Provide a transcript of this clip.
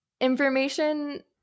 information